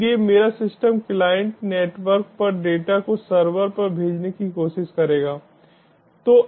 इसलिए मेरा system client network पर डेटा को सर्वर पर भेजने की कोशिश करेगा